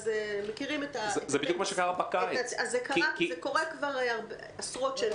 זה קורה כבר עשרות שנים.